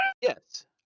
yes